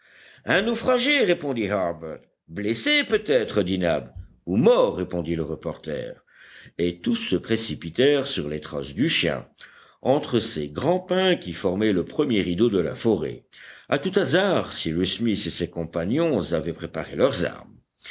un naufragé répondit harbert blessé peut-être dit nab ou mort répondit le reporter et tous se précipitèrent sur les traces du chien entre ces grands pins qui formaient le premier rideau de la forêt à tout hasard cyrus smith et ses compagnons avaient préparé leurs armes